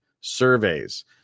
surveys